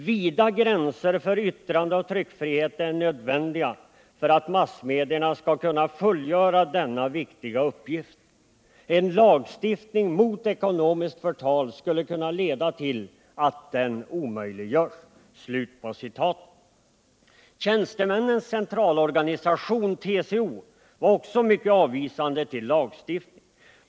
Vida gränser för yttrandeoch tryckfriheten är nödvändiga för att massmedierna skall kunna fullgöra denna viktiga uppgift. En lagstiftning mot ekonomiskt förtal skulle kunna leda till att den omöjliggörs.” Tjänstemännens centralorganisation, TCO, var också mycket avvisande till lagstiftning.